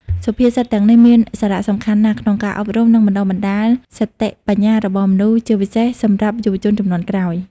សុភាសិតទាំងនេះមានសារៈសំខាន់ណាស់ក្នុងការអប់រំ និងបណ្តុះបណ្តាលសតិបញ្ញារបស់មនុស្ស ជាពិសេសសម្រាប់យុវជនជំនាន់ក្រោយ។